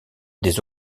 des